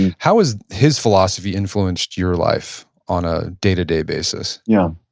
and how has his philosophy influenced your life on a day-to-day basis? yeah.